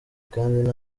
kandi